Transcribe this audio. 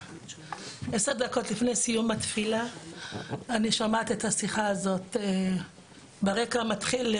עשר דקות לפני סיום התפילה אני שומעת את השיחה הזאת ברקע מתחיל,